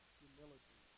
humility